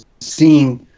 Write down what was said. seeing